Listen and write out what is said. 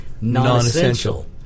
non-essential